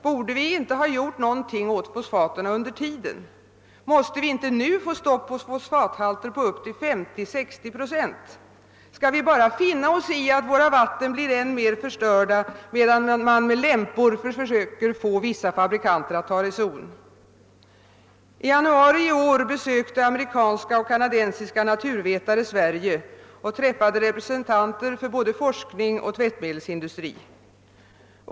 Borde vi inte medan vi avvaktat detta ha gjort något åt fosfaterna? Måste vi inte nu försöka få stopp för fosfathalter på upp till 50 —60 procent? Skall vi bara finna oss i att våra vatten blir än mer förstörda medan man med lämpor försöker få vissa fabrikanter att ta reson? I januari i år besökte amerikanska och kanadensiska naturvetare Sverige och träffade därvid representanter för både forskning och tvättmedelsindustri.